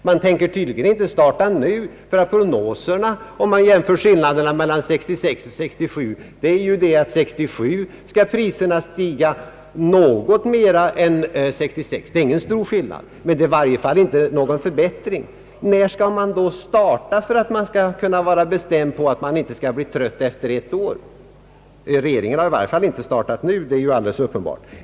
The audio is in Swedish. Man tänker tydligen inte starta nu. Enligt prognoserna skall priserna stiga mera under 1967 än under 1966. Skillnaden är inte stor, men det är i varje fall ingen förbättring. När skall man då starta?